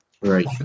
Right